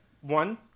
one